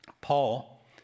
Paul